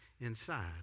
inside